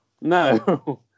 No